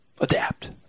Adapt